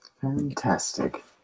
Fantastic